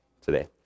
today